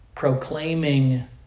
proclaiming